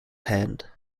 hand